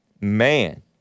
Man